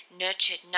nurtured